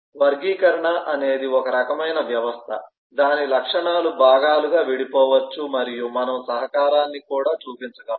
వర్గీకరణ అనేది ఒక రకమైన వ్యవస్థ దాని లక్షణాలు భాగాలుగా విడిపోవచ్చు మరియు మనము సహకారాన్ని కూడా చూపించగలము